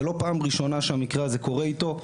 זה לא פעם ראשונה שהמקרה הזה קורה איתו.